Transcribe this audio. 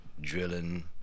drilling